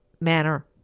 manner